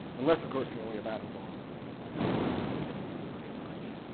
unless of course you know we have atom bombs or something like that and everybody dies.